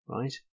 right